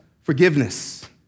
forgiveness